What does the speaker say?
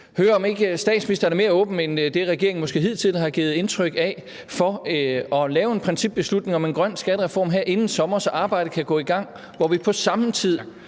statsministeren er mere åben end det, regeringen måske hidtil har givet indtryk af, for at træffe en principbeslutning om en grøn skattereform her inden sommer, så arbejdet kan gå i gang, hvor vi på samme tid